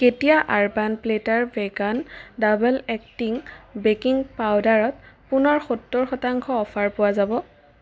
কেতিয়া আৰবান প্লেটাৰ vegan double acting baking পাউডাৰত পুনৰ সত্তৰ শতাংশ অ'ফাৰ পোৱা যাব